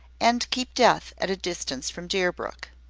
and keep death at a distance from deerbrook.